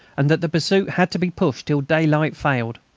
and that the pursuit had to be pushed till daylight failed.